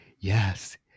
yes